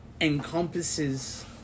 encompasses